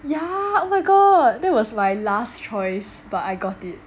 yeah oh my god that was my last choice but I got it